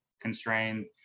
constrained